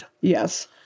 Yes